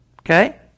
Okay